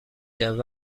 کرد